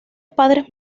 padres